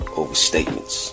overstatements